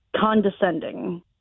condescending